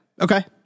Okay